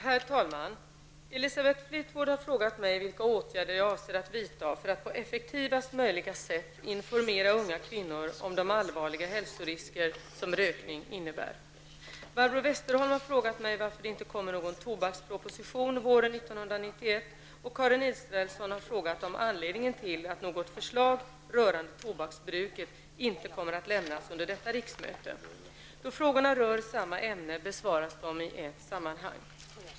Herr talman! Elisabeth Fleetwood har frågat mig vilka åtgärder jag avser att vidta för att på effektivaste möjliga sätt informera unga kvinnor om de allvarliga hälsorisker som rökning innebär. Barbro Westerholm har frågat mig varför det inte kommer någon tobaksproposition våren 1991, och Karin Israelsson har frågat om anledningen till att något förslag rörande tobaksbruket inte kommer att lämnas under detta riksmöte. Då frågorna rör samma ämne besvaras de i ett sammanhang.